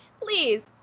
please